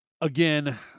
again